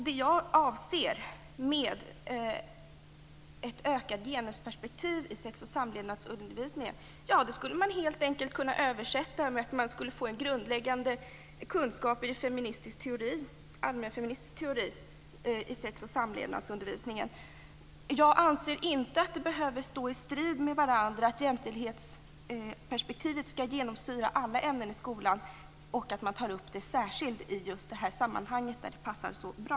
Det jag kallar ett ökat genusperspektiv i sex och samlevnadsundervisningen skulle helt enkelt kunna översättas med att man borde få grundläggande kunskaper i allmän feministisk teori i sex och samlevnadsundervisningen. Jag anser inte att det behöver stå i strid med varandra att jämställdhetsperspektivet skall genomsyra alla ämnen i skolan och att man tar upp det särskilt i just detta sammanhang, där det passar så bra.